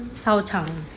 操场